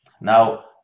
now